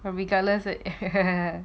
but regardless eh